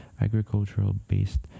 agricultural-based